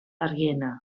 argiena